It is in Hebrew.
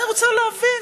אני רוצה להבין,